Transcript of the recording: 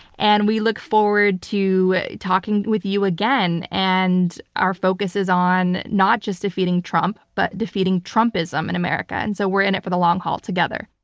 and we look forward to talking with you again. again. and our focus is on not just defeating trump, but defeating trumpism in america. and so we're in it for the long haul together.